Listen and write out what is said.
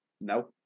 No